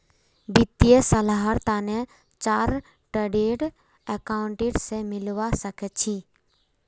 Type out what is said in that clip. वित्तीय सलाहर तने चार्टर्ड अकाउंटेंट स मिलवा सखे छि